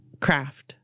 craft